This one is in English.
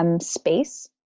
Space